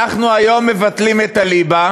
אנחנו היום מבטלים את הליבה,